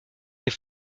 est